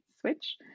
Switch